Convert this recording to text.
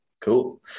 Cool